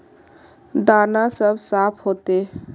दाना सब साफ होते?